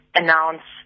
announce